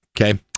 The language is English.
okay